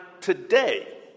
today